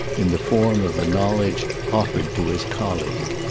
in the form of the knowledge offered to his colleague.